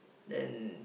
then